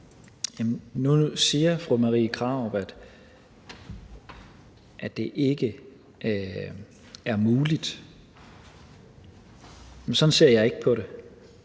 Nu siger fru Marie Krarup, at det ikke er muligt, men sådan ser jeg ikke på det.